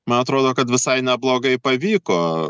man atrodo kad visai neblogai pavyko